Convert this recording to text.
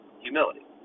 humility